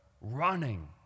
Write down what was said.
running